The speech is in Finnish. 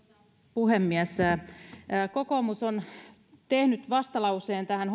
puhemies kokoomus on tehnyt vastalauseen tähän